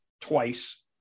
twice